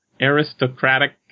aristocratic